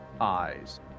eyes